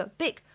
big